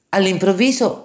All'improvviso